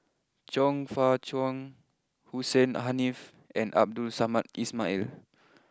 Chong Fah Cheong Hussein Haniff and Abdul Samad Ismail